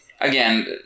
again